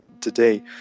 today